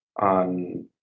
on